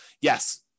yes